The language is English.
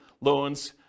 loans